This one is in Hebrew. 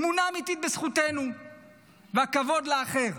אמונה אמיתית בזכותנו והכבוד לאחר,